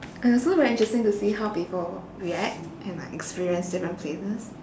and also very interesting to see how people react and like experience different places